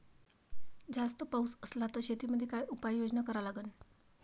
जास्त पाऊस असला त शेतीमंदी काय उपाययोजना करा लागन?